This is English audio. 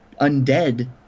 undead